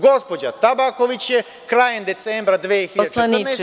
Gospođa Tabaković je krajem decembra 2014. godine…